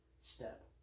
step